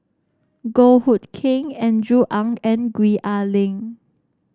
Goh Hood Keng Andrew Ang and Gwee Ah Leng